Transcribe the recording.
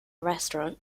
restaurant